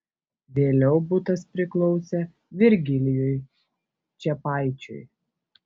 vėliau butas priklausė virgilijui čepaičiui